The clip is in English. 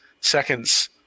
seconds